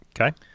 Okay